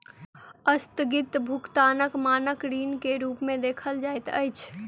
अस्थगित भुगतानक मानक ऋण के रूप में देखल जाइत अछि